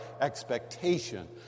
expectation